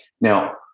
now